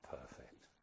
perfect